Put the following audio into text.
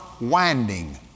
winding